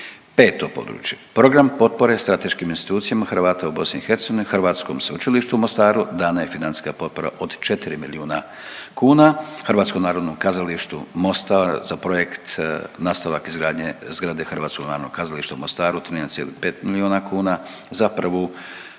Peto područje, program potpore strateškim institucijama Hrvata u BiH. Hrvatskom sveučilištu u Mostaru dana je financijska potpora od 4 milijuna kuna, HNK Mostar za projekt nastavak izgradnje zgrade HNK u Mostaru 13,5 milijuna kuna za prvu